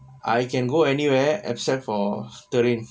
I can go anywhere except for stirring